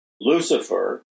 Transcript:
Lucifer